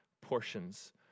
portions